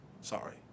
sorry